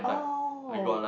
oh